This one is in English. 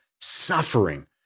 suffering